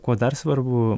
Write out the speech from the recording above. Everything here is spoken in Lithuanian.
kuo dar svarbu